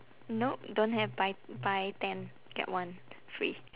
no don't have buy buy ten get one free